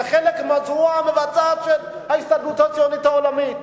זה חלק מהזרוע המבצעת של ההסתדרות הציונית העולמית.